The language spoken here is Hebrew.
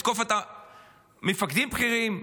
לתקוף את המפקדים הבכירים.